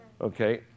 Okay